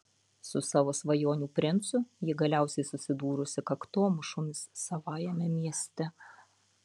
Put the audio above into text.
su savo svajonių princu ji galiausiai susidūrusi kaktomušomis savajame mieste